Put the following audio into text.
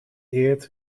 eert